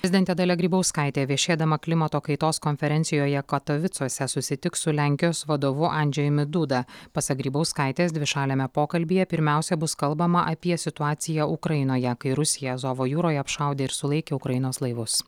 prezidentė dalia grybauskaitė viešėdama klimato kaitos konferencijoje katovicuose susitiks su lenkijos vadovu andžejumi duda pasak grybauskaitės dvišaliame pokalbyje pirmiausia bus kalbama apie situaciją ukrainoje kai rusija azovo jūroje apšaudė ir sulaikė ukrainos laivus